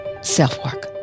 self-work